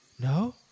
No